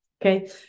Okay